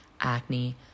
acne